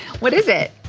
what is it?